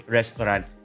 restaurant